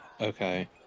Okay